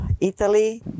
Italy